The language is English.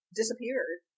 disappeared